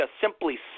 simply